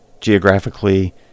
geographically